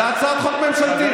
זו הצעת חוק ממשלתית.